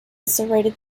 serrated